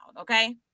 okay